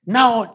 Now